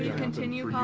yeah continue